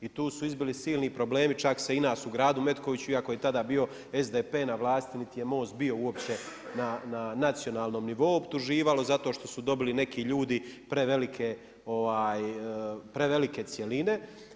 I tu su izbili silni problemi, čak se i nas u gradu Metkoviću iako je tada bio SDP na vlasti, niti je Most bio uopće na nacionalnom nivou, optuživalo zato što su dobili neki ljudi prevelike cjeline.